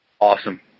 Awesome